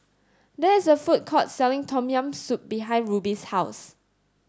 there is a food court selling Tom Yam Soup behind Ruby's house